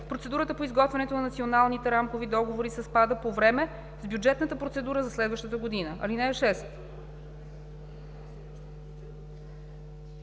Процедурата по изготвянето на националните рамкови договори съвпада по време с бюджетната процедура за следващата бюджетна година.